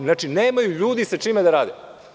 Znači, nemaju ljudi sa čime da rade.